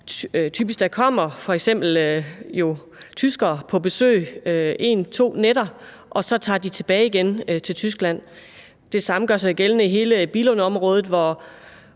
f.eks. kommer tyskere på besøg en til to nætter, og så tager de tilbage til Tyskland igen. Det samme gør sig gældende i hele Billundområdet, hvor